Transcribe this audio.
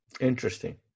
Interesting